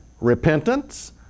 repentance